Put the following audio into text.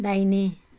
दाहिने